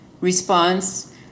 response